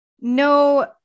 no